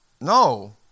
No